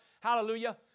Hallelujah